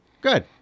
Good